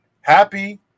happy